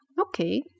Okay